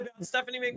stephanie